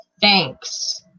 thanks